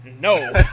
no